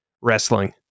wrestling